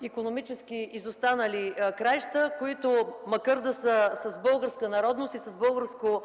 икономически изостанали краища, които макар да са с българска народност и с българско